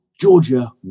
Georgia